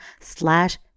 slash